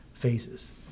phases